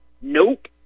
Nope